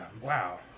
wow